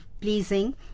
pleasing